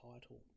title